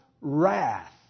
wrath